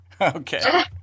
Okay